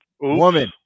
Woman